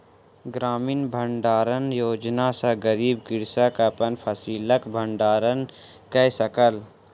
ग्रामीण भण्डारण योजना सॅ गरीब कृषक अपन फसिलक भण्डारण कय सकल